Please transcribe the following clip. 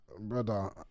brother